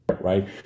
right